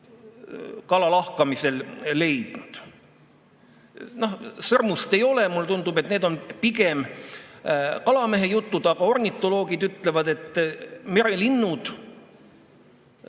kala lahkamisel leidnud. Sõrmust ei ole – mulle tundub, et need on pigem kalamehejutud. Ornitoloogid ütlevad, et merelinnud